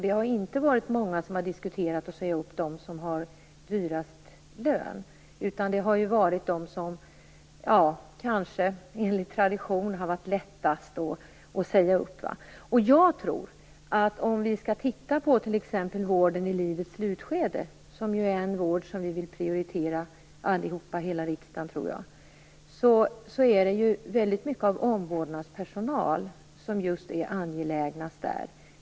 Det är inte många som har föreslagit att de som har högst lön skall sägas upp, utan det är de som kanske av tradition har varit lättast att säga upp. Beträffande t.ex. vården i livets slutskede, som är en vård som jag tror att alla i riksdagen vill prioritera, är det omvårdnadspersonalen som är mest angelägen.